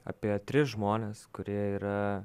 apie tris žmones kurie yra